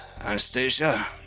Anastasia